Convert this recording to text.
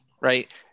right